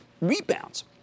rebounds